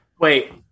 Wait